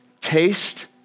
taste